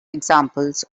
examples